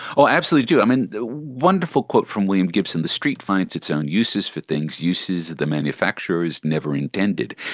ah absolutely do. um and the wonderful quote from william gibson, the street finds its own uses for things, uses the manufacturers never intended.